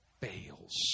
fails